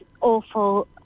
awful